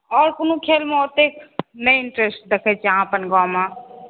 और कोनो खेलमे ओतेक इन्ट्रेस्ट नहि देखैछी अहाँ अपन गाम मऽ